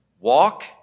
Walk